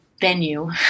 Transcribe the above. venue